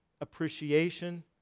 appreciation